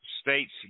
States